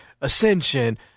Ascension